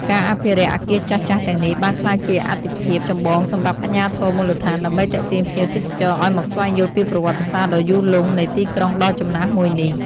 ការអភិរក្សអគារចាស់ៗទាំងនេះបានក្លាយជាអាទិភាពចម្បងសម្រាប់អាជ្ញាធរមូលដ្ឋាន ដើម្បីទាក់ទាញភ្ញៀវទេសចរឱ្យមកស្វែងយល់ពីប្រវត្តិសាស្ត្រដ៏យូរលង់នៃទីក្រុងដ៏ចំណាស់មួយនេះ។